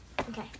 Okay